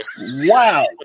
Wow